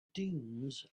dunes